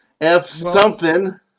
F-something